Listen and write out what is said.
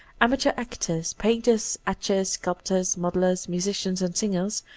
anaateur actors, painters, etchers, sculptors, modellers, musi cians, and singers,